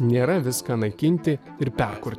nėra viską naikinti ir perkurt